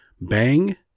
bang